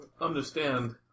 understand